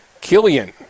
Killian